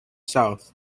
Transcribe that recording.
south